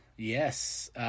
yes